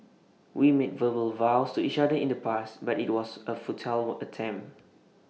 we made verbal vows to each other in the past but IT was A futile attempt